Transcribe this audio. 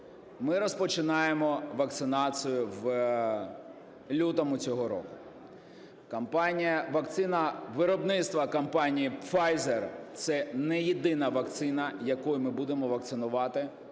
ми розпочинаємо вакцинацію в лютому цього року. Вакцина виробництва компанії Pfizer – це не єдина вакцина, якою ми будемо вакцинувати